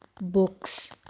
books